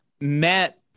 met